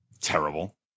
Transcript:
Terrible